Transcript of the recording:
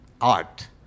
art